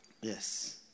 Yes